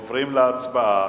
עוברים להצבעה.